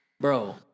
Bro